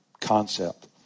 concept